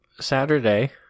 saturday